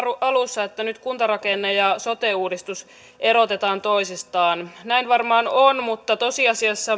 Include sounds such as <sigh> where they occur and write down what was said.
alussa että nyt kuntarakenne ja sote uudistus erotetaan toisistaan näin varmaan on mutta tosiasiassa <unintelligible>